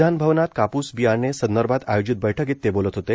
विधानभवनात काप्स बियाणे संदर्भात आयोजित बैठकीत ते बोलत होते